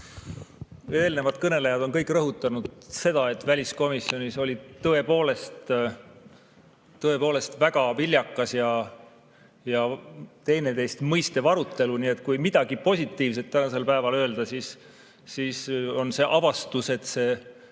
Eelnevad kõnelejad on rõhutanud, et väliskomisjonis oli tõepoolest väga viljakas ja üksteist mõistev arutelu. Nii et kui midagi positiivset tänasel päeval öelda, siis see on avastus, et see